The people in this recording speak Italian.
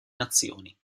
nazioni